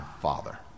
father